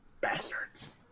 Bastards